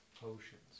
Potions